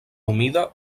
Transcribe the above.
humida